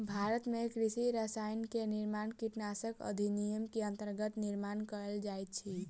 भारत में कृषि रसायन के निर्माण कीटनाशक अधिनियम के अंतर्गत निर्माण कएल जाइत अछि